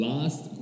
Last